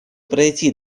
пройти